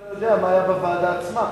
כי אולי אתה לא יודע מה היה בוועדה עצמה.